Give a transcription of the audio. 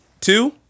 Two